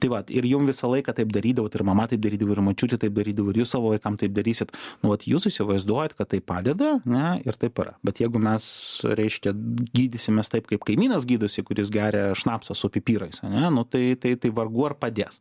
tai vat ir jum visą laiką taip darydavot ir mama taip darydavo ir močiutė taip darydavo ir jūs savo vaikam taip darysit nu vat jūs įsivaizduojat kad tai padeda ne ir taip yra bet jeigu mes reiškia gydysimės taip kaip kaimynas gydosi kuris geria šnapsą su pipirais ane nu tai tai tai vargu ar padės